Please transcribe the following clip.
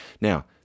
Now